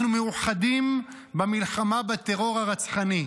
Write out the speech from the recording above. אנחנו מאוחדים במלחמה בטרור הרצחני,